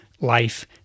life